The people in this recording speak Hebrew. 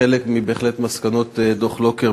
שחלק ממסקנות דוח לוקר,